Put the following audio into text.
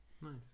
Nice